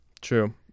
True